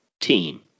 team